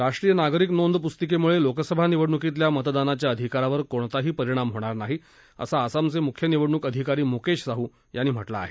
राष्ट्रीय नागरिक नोंद पुस्तीकेमुळे लोकसभा निवडणुकीतल्या मतदानाच्या अधिकारावर कोणताही परिणाम होणार नाही असं आसामचे मुख्य निवडणूक अधिकारी मुकेश साहू यांनी म्हटलं आहे